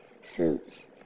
suits